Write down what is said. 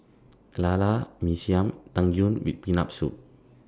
Lala Mee Siam and Tang Yuen with Peanut Soup